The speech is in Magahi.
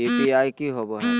यू.पी.आई की होवे है?